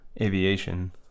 aviation